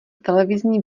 televizní